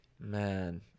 man